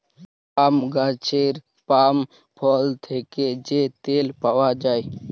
পাম গাহাচের পাম ফল থ্যাকে যে তেল পাউয়া যায়